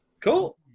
Cool